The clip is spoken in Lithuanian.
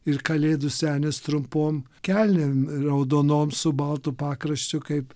ir kalėdų senis trumpom kelnėm raudonom su baltu pakraščiu kaip